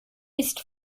ist